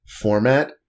format